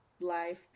life